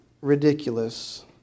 ridiculous